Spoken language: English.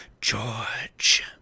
George